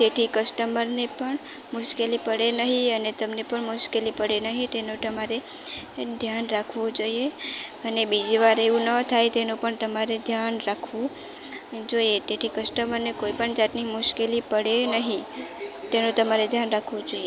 તેથી કસ્ટમરને પણ મુશ્કેલી પડે નહીં અને તમને પણ મુશ્કેલી પડે નહીં તેનું તમારે ધ્યાન રાખવું જોઈએ અને બીજી વાર એવું ન થાય તેનું પણ તમારે એનું ધ્યાન તમારે રાખવું જોઈએ તેથી કસ્ટમરને પણ કોઈ પણ જાતની મુશ્કેલી પડે નહીં તેનું તમારે ધ્યાન રાખવું જોઈએ